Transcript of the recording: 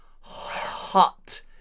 hot